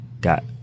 got